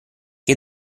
che